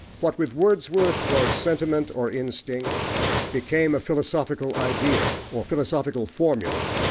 what with wordsworth was sentiment or instinct became a philosophical idea, or philosophical formula,